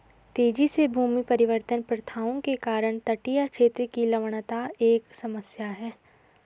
तेजी से भूमि परिवर्तन प्रथाओं के कारण तटीय क्षेत्र की लवणता एक समस्या है